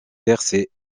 percées